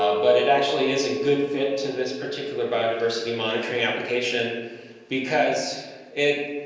ah but it actually is a good fit to this particular biodiversity monitoring application because it